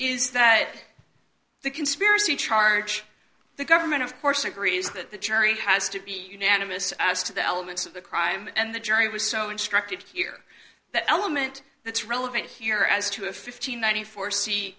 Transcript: is that the conspiracy charge the government of course agrees that the jury has to be unanimous as to the elements of the crime and the jury was so instructed here that element that's relevant here as to a fifteen